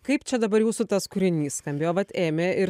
kaip čia dabar jūsų tas kūrinys skambėjo vat ėmė ir